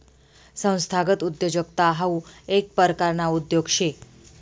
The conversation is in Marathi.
संस्थागत उद्योजकता हाऊ येक परकारना उद्योग शे